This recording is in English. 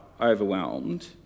overwhelmed